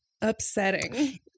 upsetting